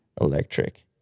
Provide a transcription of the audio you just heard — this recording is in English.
Electric